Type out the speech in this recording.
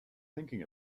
thinking